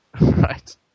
Right